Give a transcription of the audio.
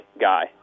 guy